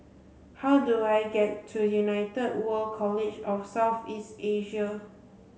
how do I get to United World College of South East Asia